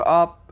up